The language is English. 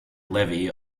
levee